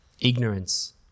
Ignorance